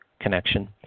connection